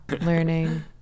learning